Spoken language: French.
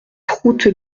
route